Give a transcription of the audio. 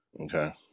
Okay